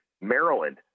Maryland